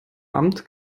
amt